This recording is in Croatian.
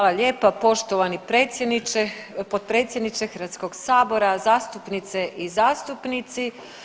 Hvala lijepa poštovani predsjedniče, potpredsjedniče Hrvatskog sabora, zastupnice i zastupnici.